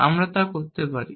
আমরা তা করতে পারি